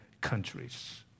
countries